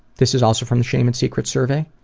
this is also from the shame and secrets survey,